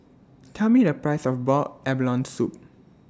Tell Me The Price of boiled abalone Soup